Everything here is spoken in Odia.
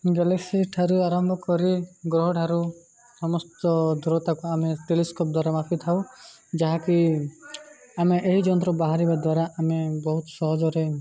ଗ୍ୟାଲେକ୍ସି ଠାରୁ ଆରମ୍ଭ କରି ଗ୍ରହ ଠାରୁ ସମସ୍ତ ଦୂରତାକୁ ଆମେ ଟେଲିସ୍କୋପ୍ ଦ୍ୱାରା ମାପିଥାଉ ଯାହାକି ଆମେ ଏହି ଯନ୍ତ୍ର ବାହାରିବା ଦ୍ୱାରା ଆମେ ବହୁତ ସହଜରେ